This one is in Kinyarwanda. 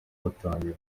batangira